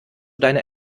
deine